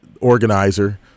organizer